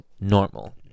normal